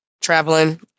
traveling